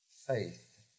faith